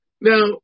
Now